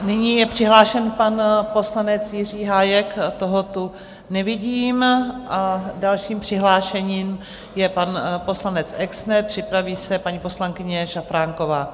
Nyní je přihlášen pan poslanec Jiří Hájek, toho tu nevidím, a dalším přihlášeným je pan poslanec Exner, připraví se paní poslankyně Šafránková.